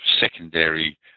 secondary